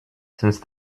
since